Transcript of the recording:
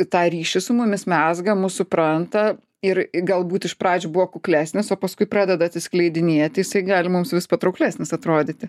tą ryšį su mumis mezga mus supranta ir galbūt iš pradžių buvo kuklesnis o paskui pradeda atsiskleidinėti jisai gali mums vis patrauklesnis atrodyti